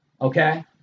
okay